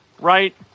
right